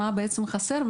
מה חסר,